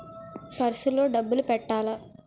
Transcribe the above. Purse లో డబ్బులు పెట్టలా?